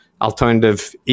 alternative